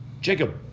Jacob